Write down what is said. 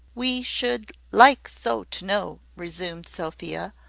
we should like so to know, resumed sophia,